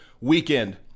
weekend